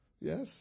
Yes